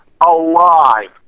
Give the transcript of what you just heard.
alive